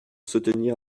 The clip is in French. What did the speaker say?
soutenir